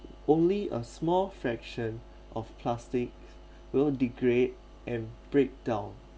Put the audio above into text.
only a small fraction of plastic will degrade and breakdown